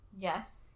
Yes